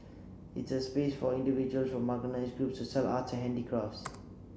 it's a space for individuals from marginalised groups to sell arts and handicrafts